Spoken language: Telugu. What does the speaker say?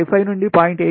55 నుండి 0